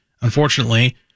Unfortunately